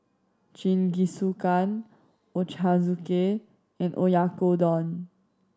Jingisukan Ochazuke and Oyakodon